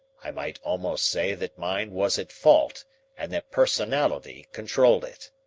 i might almost say that mind was at fault and that personality controlled it.